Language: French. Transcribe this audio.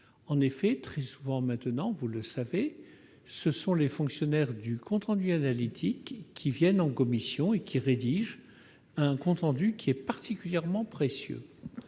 En effet, très souvent maintenant, vous le savez, ce sont les fonctionnaires du compte rendu analytique qui viennent en commission rédiger un compte rendu particulièrement précieux.